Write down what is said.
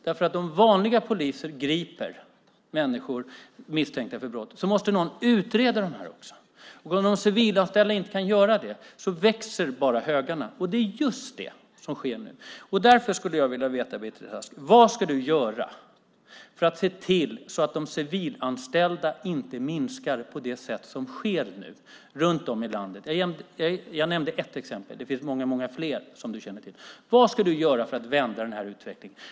Om vanliga poliser griper människor misstänkta för brott måste någon också utreda fallen, och eftersom de civilanställda inte kan göra det växer högarna. Det är just det som nu sker. Därför skulle jag vilja veta: Vad ska du göra, Beatrice Ask, för att se till att antalet civilanställda inte minskar på det sätt som nu sker runt om i landet? Jag nämnde ett exempel. Det finns många fler, som du säkert känner till. Vad ska du göra för att vända utvecklingen?